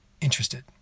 interested